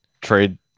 trade